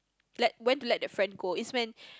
like when to let that friend go it's when